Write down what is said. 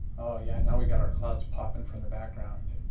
yeah now we've got our clouds popping from the background.